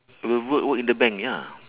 I will work work in the bank ya